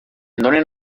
donen